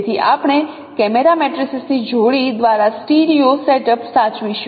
તેથી આપણે camera matrices ની જોડી દ્વારા સ્ટીરિયો સેટઅપ સાચવીશું